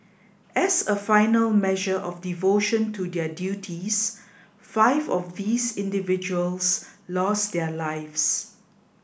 as a final measure of devotion to their duties five of these individuals lost their lives